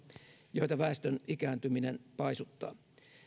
joita väestön ikääntyminen paisuttaa